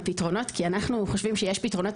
פתרונות כי אנחנו חושבים שיש פתרונות,